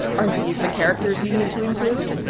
are these the characters you need to include?